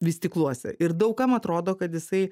vystykluose ir daug kam atrodo kad jisai